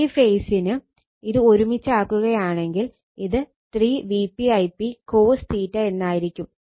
three ഫേസിന് ഇത് ഒരുമിച്ച് ആക്കുകയാണെങ്കിൽ ഇത് 3 Vp Ip cos എന്നായിരിക്കും